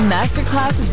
Masterclass